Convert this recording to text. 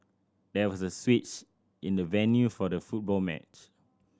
there was a switch in the venue for the football match